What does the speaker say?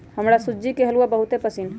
हमरा सूज्ज़ी के हलूआ बहुते पसिन्न हइ